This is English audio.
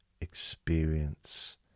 experience